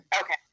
Okay